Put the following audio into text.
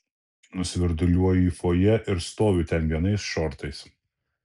nusvirduliuoju į fojė ir stoviu ten vienais šortais